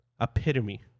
epitome